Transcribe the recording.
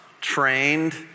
trained